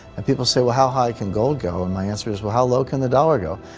and people say, well, how high can gold go? and my answer is, well, how low can the dollar go?